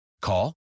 Call